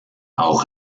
auch